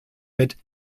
mit